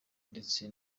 ndetse